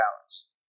balance